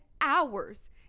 hours